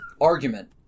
argument